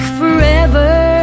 forever